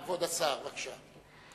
כבוד השר, בבקשה.